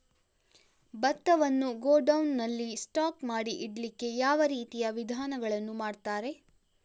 ಭತ್ತವನ್ನು ಗೋಡೌನ್ ನಲ್ಲಿ ಸ್ಟಾಕ್ ಮಾಡಿ ಇಡ್ಲಿಕ್ಕೆ ಯಾವ ರೀತಿಯ ವಿಧಾನಗಳನ್ನು ಮಾಡ್ತಾರೆ?